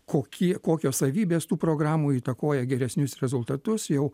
kokie kokios savybės tų programų įtakoja geresnius rezultatus jau